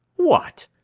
what,